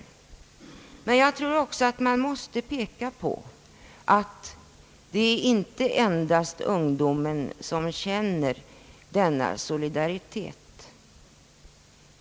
Men jag tror också att man måste peka på att det inte endast är ungdomen som känner denna solidaritet.